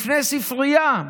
לפני ספרייה,